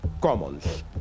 commons